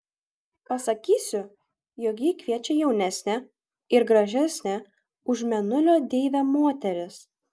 pasakysiu jog jį kviečia jaunesnė ir gražesnė už mėnulio deivę moteris